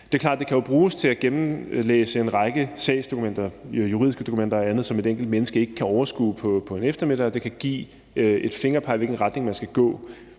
det kan bruges til at gennemlæse en række sagsdokumenter, juridiske dokumenter og andet, som et enkelt menneske ikke kan overskue på en eftermiddag, og det kan give et fingerpeg om, i hvilken retning man skal gå.